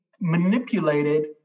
manipulated